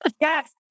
Yes